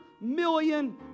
million